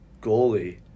Goalie